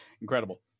Incredible